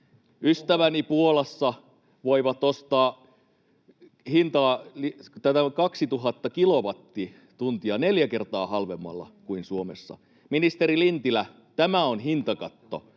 Ystäväni Puolassa voivat ostaa 2 000 kilowattituntia neljä kertaa halvemmalla kuin Suomessa. Ministeri Lintilä, tämä on hintakatto,